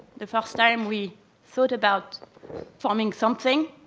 the first time we thought about forming something,